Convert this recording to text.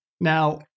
Now